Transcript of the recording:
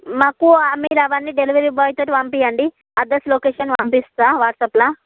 మాకు మీరు అవి అన్నీ డెలివరి బాయ్తో పంపించండి అడ్రెస్ లొకేషన్ పంపిస్తాను వాట్సాప్లో